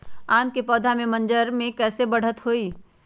आम क पौधा म मजर म कैसे बढ़त होई?